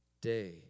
day